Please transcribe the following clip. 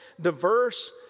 diverse